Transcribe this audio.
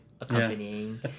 accompanying